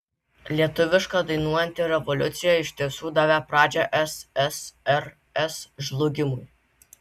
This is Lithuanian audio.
lietuviška dainuojanti revoliucija iš tiesų davė pradžią ssrs žlugimui